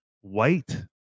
white